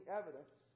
evidence